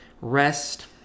rest